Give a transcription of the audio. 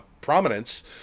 prominence